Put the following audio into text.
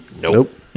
Nope